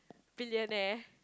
billionaire